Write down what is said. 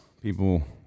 People